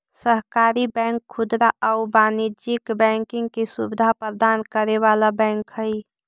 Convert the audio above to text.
सहकारी बैंक खुदरा आउ वाणिज्यिक बैंकिंग के सुविधा प्रदान करे वाला बैंक हइ